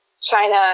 China